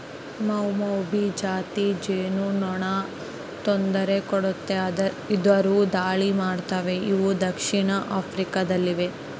ಮೌಮೌಭಿ ಜಾತಿ ಜೇನುನೊಣ ತೊಂದರೆ ಕೊಡದೆ ಇದ್ದರು ದಾಳಿ ಮಾಡ್ತವೆ ಇವು ದಕ್ಷಿಣ ಆಫ್ರಿಕಾ ದಲ್ಲಿವೆ